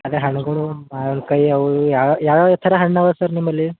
ಅದೇ ಹಣ್ಣುಗಳು ಮಾವಿನ ಕಾಯಿ ಅವು ಯಾವ ಯಾವ್ಯಾವ ಥರ ಹಣ್ಣು ಅವೆ ಸರ್ ನಿಮ್ಮಲ್ಲಿ